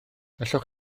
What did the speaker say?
allwch